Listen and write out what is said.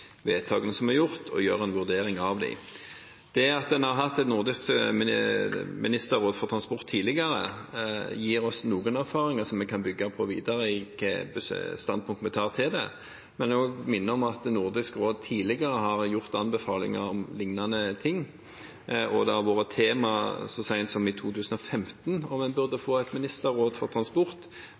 vedtakene som er gjort, og gjøre en vurdering av dem. Det at en har hatt et nordisk ministerråd for transport tidligere, gir oss noen erfaringer som vi kan bygge videre på når det gjelder hvilket standpunkt vi vil ta. Men jeg vil også minne om at Nordisk råd tidligere har gjort anbefalinger om lignende ting, og det har vært tema så sent som i 2015 om en burde få et ministerråd for transport.